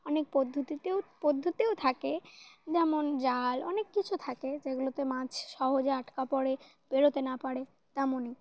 অনেক পদ্ধতিতেও পদ্ধতিও থাকে যেমন জাল অনেক কিছু থাকে যেগুলোতে মাছ সহজে আটকা পড়ে বেরোতে না পারে তেমনই